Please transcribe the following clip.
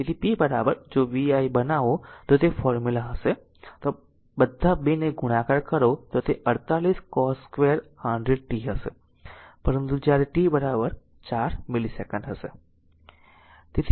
તેથી p જો vi બનાવો તો તે ફોર્મુલા હશે જો આ બધા 2 ને ગુણાકાર કરો તો તે 48 cos2 100 t હશે પરંતુ જ્યારે t 4 મિલીસેકન્ડ